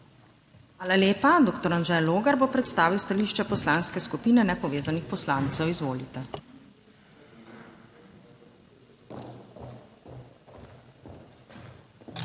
Hvala lepa. Doktor Anže Logar bo predstavil stališče Poslanske skupine Nepovezanih poslancev, izvolite. DR.